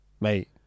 Mate